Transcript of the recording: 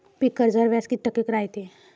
पीक कर्जावर व्याज किती टक्के रायते?